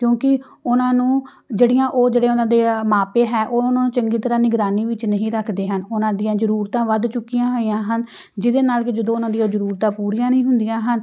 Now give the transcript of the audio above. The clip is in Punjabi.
ਕਿਉਂਕਿ ਉਹਨਾਂ ਨੂੰ ਜਿਹੜੀਆਂ ਉਹ ਜਿਹੜੇ ਉਹਨਾਂ ਦੇ ਆ ਮਾਂ ਪਿਓ ਹੈ ਉਹ ਉਹਨਾਂ ਨੂੰ ਚੰਗੀ ਤਰ੍ਹਾਂ ਨਿਗਰਾਨੀ ਵਿੱਚ ਨਹੀਂ ਰੱਖਦੇ ਹਨ ਉਹਨਾਂ ਦੀਆਂ ਜ਼ਰੂਰਤਾਂ ਵੱਧ ਚੁੱਕੀਆਂ ਹੋਈਆਂ ਹਨ ਜਿਹਦੇ ਨਾਲ ਕਿ ਜਦੋਂ ਉਹਨਾਂ ਦੀ ਉਹ ਜ਼ਰੂਰਤਾਂ ਪੂਰੀਆਂ ਨਹੀਂ ਹੁੰਦੀਆਂ ਹਨ